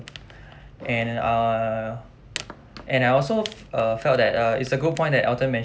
and uh and I also f~ uh felt that uh it's a good point that elton